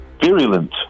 virulent